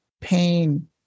pain